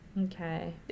okay